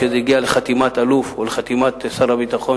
כשזה הגיע לחתימת אלוף או לחתימת שר הביטחון,